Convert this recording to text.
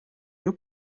new